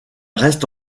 reste